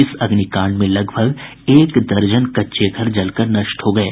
इस अग्निकांड में लगभग एक दर्जन कच्चे घर जलकर नष्ट हो गये